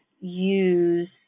use